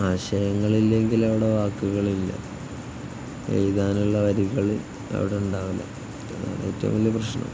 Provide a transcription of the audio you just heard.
ആശയങ്ങളില്ലെങ്കിൽ അവിടെ വാക്കുകളില്ല എഴുതാനുള്ള വരികള് അവിടെയുണ്ടാവില്ല അതാണ് ഏറ്റവും വലിയ പ്രശ്നം